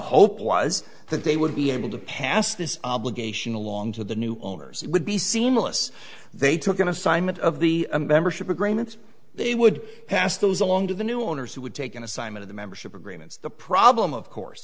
hope was that they would be able to pass this obligation along to the new owners would be seamless they took an assignment of the membership agreements they would pass those along to the new owners who would take an assignment the membership agreements the problem of course